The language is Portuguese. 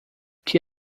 que